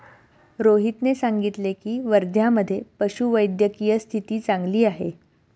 रोहितने सांगितले की, वर्ध्यामधे पशुवैद्यकीय स्थिती चांगली आहे